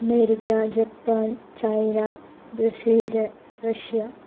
America Japan China Brazil Russia